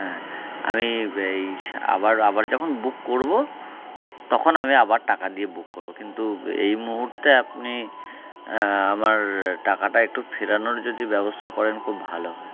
হ্যাঁ আমি এই আবার আবার যখন বুক করবো তখন আমি আবার টাকা দিয়ে বুক করবো কিন্তু এই মুহুর্তে আপনি আমার টাকাটা একটু ফেরানোর যদি ব্যবস্থা করেন খুব ভালো হয়